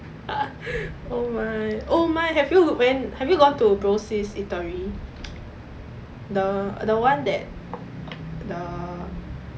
oh my oh my have you went have you gone to eatery the the one that the